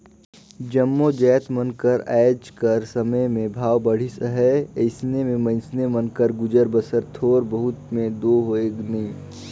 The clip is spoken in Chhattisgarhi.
जम्मो जाएत मन कर आएज कर समे में भाव बढ़िस अहे अइसे में मइनसे मन कर गुजर बसर थोर बहुत में दो होए नई